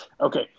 Okay